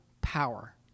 power